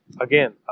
again